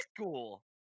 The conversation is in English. school